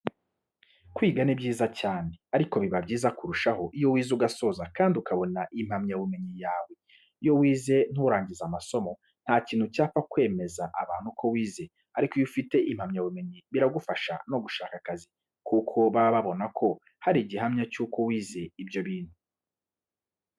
Kwiga ni byiza cyane ariko biba byiza kurushaho iyo wize ugasoza kandi ukabona impamyabumenyi yawe. Iyo wize nturangize amasomo, nta kintu cyapfa kwemeza abantu ko wize ariko iyo ufite impamyabumenyi biragufasha no gushaka akazi kuko baba babona ko hari igihamya cy'uko wize ibyo bintu.